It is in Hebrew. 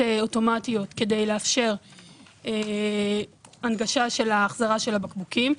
אוטומטיות כדי לאפשר הנגשת החזרת הבקבוקים.